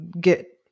get